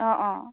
অঁ অঁ